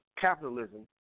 capitalism